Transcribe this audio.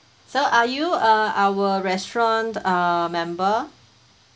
sir are you uh our restaurant uh member